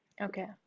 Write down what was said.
Okay